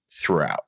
throughout